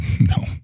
No